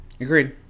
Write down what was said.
Agreed